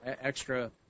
extra